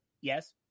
yes